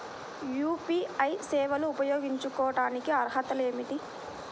UPI సేవలు ఉపయోగించుకోటానికి అర్హతలు ఏమిటీ?